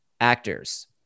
Actors